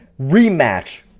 Rematch